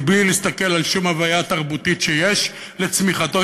בלי להסתכל על שום הוויה תרבותית שיש לצמיחתו